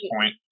point